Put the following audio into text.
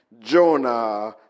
Jonah